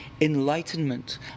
enlightenment